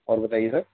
اور بتائیے سر